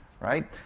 right